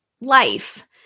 life